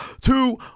two